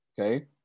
Okay